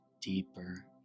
deeper